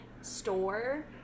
store